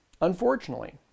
Unfortunately